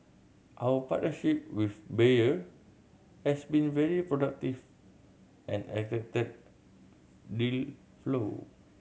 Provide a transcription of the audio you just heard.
our partnership with Bayer has been very productive and attracted deal flow